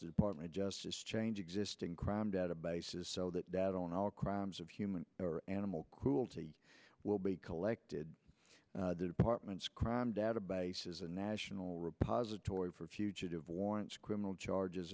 department of justice change existing crime databases so that data on all crimes of human or animal cruelty will be collected the department's crime database is a national repository for fugitive warrant criminal charges